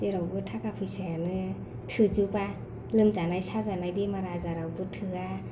जेरावबो थाखा फैसायानो थोजोबा लोमजानाय साजानाय बेमार आजारावबो थोआ